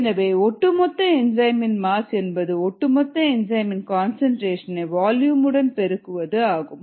எனவே ஒட்டுமொத்த என்சைமின் மாஸ் என்பது ஒட்டுமொத்த என்சைமின் கன்சன்ட்ரேஷன் ஐ வால்யூம் உடன் பெருக்குவது ஆகும்